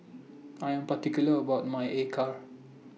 I Am particular about My Acar